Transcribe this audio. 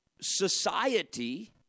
society